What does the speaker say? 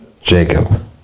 Jacob